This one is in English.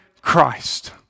Christ